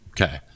Okay